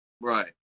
right